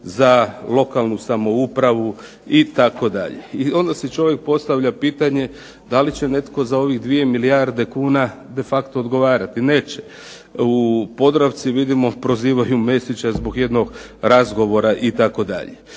za lokalnu samoupravu itd. I onda si čovjek postavlja pitanje da li će netko za ovih 2 milijarde kuna de facto odgovarati, neće. U Podravci vidimo prozivaju Mesića zbog jednog razgovora itd.